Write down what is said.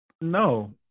No